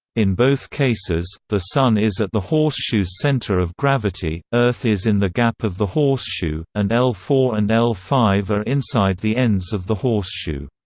in both cases, the sun is at the horseshoe's center of gravity, earth is in the gap of the horseshoe, and l four and l five are inside the ends of the horseshoe.